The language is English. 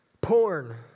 Porn